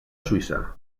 suïssa